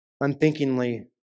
unthinkingly